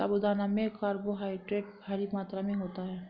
साबूदाना में कार्बोहायड्रेट भारी मात्रा में होता है